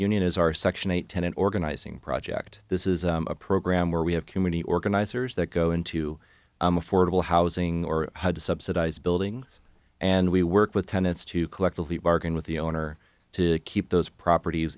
union is our section eight tenant organizing project this is a program where we have community organizers that go into affordable housing or to subsidize buildings and we work with tenants to collectively bargain with the owner to keep those properties